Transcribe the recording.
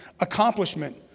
accomplishment